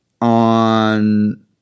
on